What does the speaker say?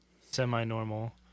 semi-normal